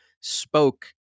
spoke